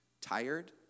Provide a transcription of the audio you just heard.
tired